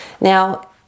Now